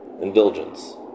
indulgence